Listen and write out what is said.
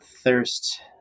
thirst